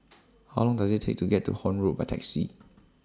How Long Does IT Take to get to Horne Road By Taxi